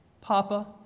Papa